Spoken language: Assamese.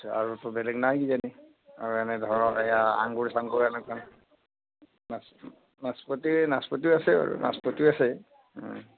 আৰুতো বেলেগ নাই কিজানি আৰু এনে ধৰক এইয়া আঙুৰ চাঙুৰ এনেকুৱা নাচপতি নাচপতি আছে নাচপতিও আছে বাৰু নাচপতিও আছে